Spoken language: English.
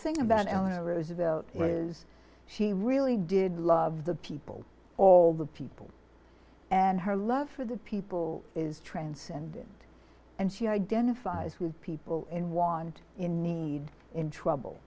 thing about eleanor roosevelt was she really did love the people all the people and her love for the people is transcendent and she identifies with people in want in need in trouble